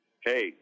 Hey